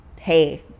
Hey